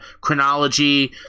chronology